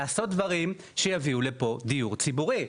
לעשות דברים שיביאו לפה דיור ציבורי,